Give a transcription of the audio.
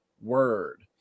Word